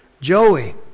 Joey